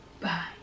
Bye